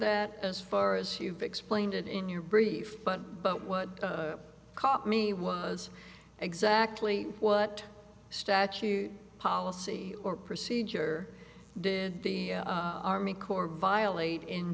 that as far as you've explained in your brief but but what caught me was exactly what statute policy or procedure did the army corps violate in